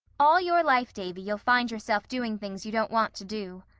all your life, davy, you'll find yourself doing things you don't want to do.